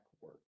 work